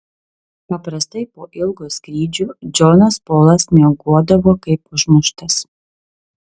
paprastai po ilgo skrydžio džonas polas miegodavo kaip užmuštas